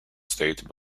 state